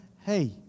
hey